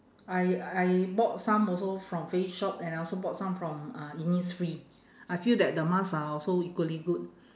I I bought some also from face shop and I also bought some from uh innisfree I feel that the mask are also equally good